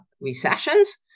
recessions